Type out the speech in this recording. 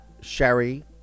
Sherry